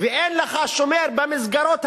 ואין לך שומר במסגרות הקיימות.